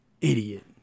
idiot